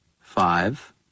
Five